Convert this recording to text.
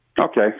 Okay